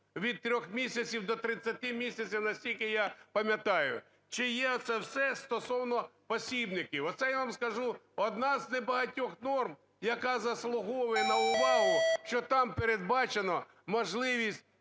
від 3 місяців до 30 місяців, наскільки я пам'ятаю. Чиє оце все стосовно посібників? Оце, я вам скажу, одна з небагатьох норм, яка заслуговує на увагу, що там передбачено можливість